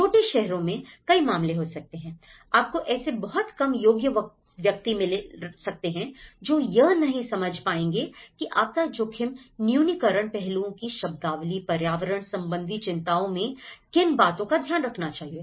छोटे शहरों में कई मामले हो सकते हैं आपको ऐसे बहुत कम योग्य व्यक्ति मिल सकते हैं जो यह नहीं समझ पाए हैं कि आपदा जोखिम न्यूनीकरण पहलुओं की शब्दावली पर्यावरण संबंधी चिंताओं मैं किन बातों का ध्यान रखना चाहिए